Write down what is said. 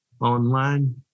online